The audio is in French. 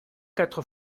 quatre